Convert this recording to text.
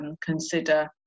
consider